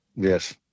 Yes